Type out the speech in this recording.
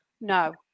no